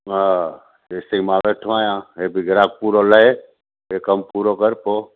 हा जेसि ताईं मां वेठो आहियां इहो बि गिराकु पूरो लए इहो कमु पूरो कर पोइ